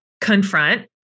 confront